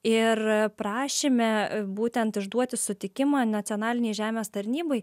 ir prašyme būtent išduoti sutikimą nacionalinei žemės tarnybai